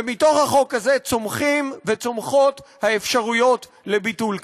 ומתוך החוק הזה צומחות האפשרויות לביטול כזה.